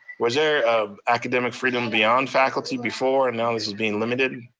was there academic freedom beyond faculty before and now this is being limited?